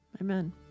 Amen